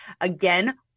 Again